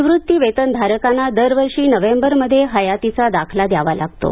निवृत्तिवेतनधारकांना दरवर्षी नोव्हेंबरमध्ये हयातीचा दाखला द्यावा लागतो